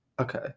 Okay